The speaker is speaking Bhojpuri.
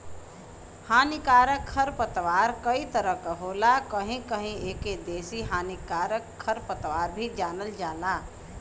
हानिकारक खरपतवार कई तरह क होला कहीं कहीं एके देसी हानिकारक खरपतवार भी जानल जाला